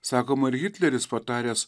sakoma ir hitleris pataręs